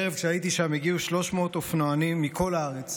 הערב כשהייתי שם הגיעו 300 אופנוענים מכל הארץ